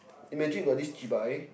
imagine you got this cheebye